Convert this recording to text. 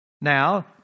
Now